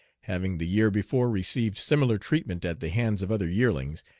having the year before received similar treatment at the hands of other yearlings,